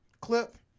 clip